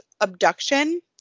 abduction